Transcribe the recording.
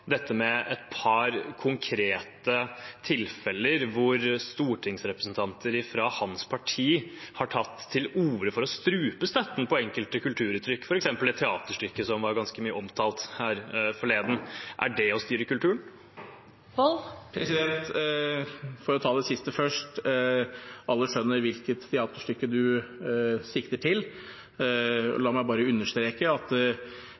dette med et par konkrete tilfeller der stortingsrepresentanter fra hans parti har tatt til orde for å strupe støtten til enkelte kulturuttrykk, f.eks. et teaterstykke som var ganske mye omtalt her forleden. Er det å styre kulturen? For å ta det siste først: Alle skjønner hvilket teaterstykke representanten sikter til. La meg bare understreke at